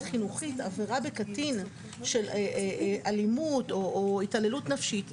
חינוכית עבירה בקטין של אלימות או התעללות נפשית.